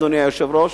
אדוני היושב-ראש,